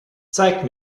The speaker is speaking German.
zeige